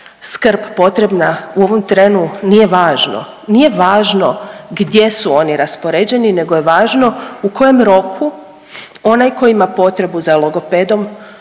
skrb potrebna u ovom trenu nije važno, nije važno gdje su oni raspoređeni nego je važno u kojem roku onaj koji ima potrebu za logopedom